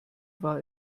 war